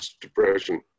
depression